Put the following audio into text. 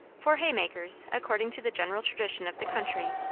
for haymakers, according to the general tradition of the country,